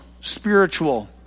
spiritual